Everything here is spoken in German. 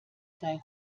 sei